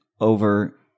over